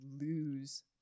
lose